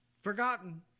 forgotten